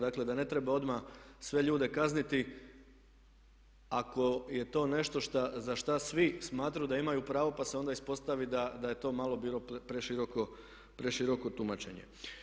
Dakle, da ne treba odmah sve ljude kazniti ako je to nešto za što svi smatraju da imaju pravo pa se onda ispostavi da je to malo bilo preširoko tumačenje.